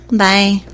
bye